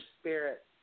spirit